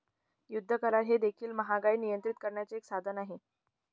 युद्ध करार हे देखील महागाई नियंत्रित करण्याचे एक साधन आहे